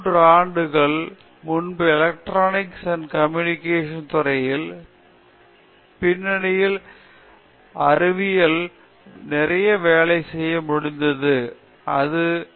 ஆஷா கிருட்டி இப்போது 13 ஆண்டுகளுக்கு முன்பு எலெக்ட்ரானிக்ஸ் அண்ட் கம்யூனிகேஷன் துறையில் பின்னணியில் நரம்பு அறிவியல் துறையில் வேலை செய்ய முடியும் என்று எனக்குத் தெரியவில்லை